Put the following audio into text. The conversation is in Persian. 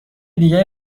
دیگری